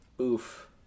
Oof